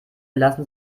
lassen